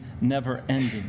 never-ending